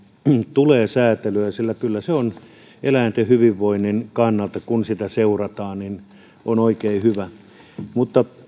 tulee säätelyä sillä kyllä se eläinten hyvinvoinnin kannalta kun sitä seurataan on oikein hyvä mutta